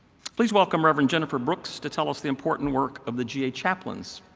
please welcome rev. and jennifer brooks to tell us the important work of the ga chaplains.